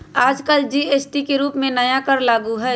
आजकल जी.एस.टी के रूप में नया कर लागू हई